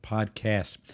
Podcast